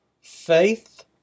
Faith